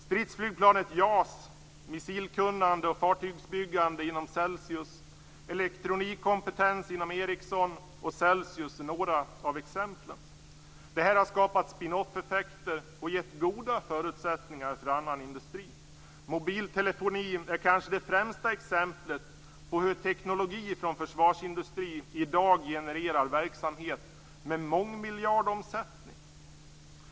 Stridsflygplanet JAS, missilkunnande och fartygsbyggande inom Celsius är några av exemplen. Det har skapat spinoff-effekter och gett goda förutsättningar för annan industri. Mobiltelefonin är kanske det främsta exemplet på hur teknik från försvarsindustrin i dag genererar verksamhet med mångmiljardomsättning.